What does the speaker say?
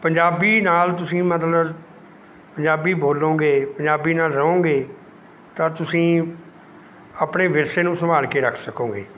ਪੰਜਾਬੀ ਨਾਲ ਤੁਸੀਂ ਮਤਲਬ ਪੰਜਾਬੀ ਬੋਲੋਂਗੇ ਪੰਜਾਬੀ ਨਾਲ ਰਹੋਂਗੇ ਤਾਂ ਤੁਸੀਂ ਆਪਣੇ ਵਿਰਸੇ ਨੂੰ ਸੰਭਾਲ ਕੇ ਰੱਖ ਸਕੋਂਗੇ